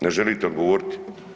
Ne želite odgovoriti.